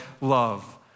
love